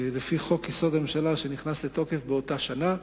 לפי חוק-יסוד: הממשלה, שנכנס לתוקף באותה שנה,